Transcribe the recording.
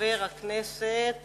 הצעות